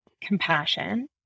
compassion